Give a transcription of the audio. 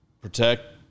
protect